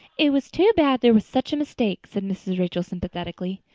it was too bad there was such a mistake, said mrs. rachel sympathetically.